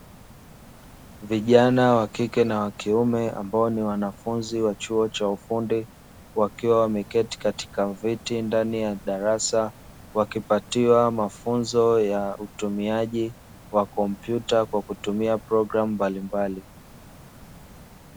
Vijana wa kike na wa kiume ambao ni wanafunzi wa chuo cha ufundi wakiwa wameketi katika viti ndani ya darasa wakipatiwa mafunzo ya utumiaji wa kompyuta kwa kutumia programu mbalimbali.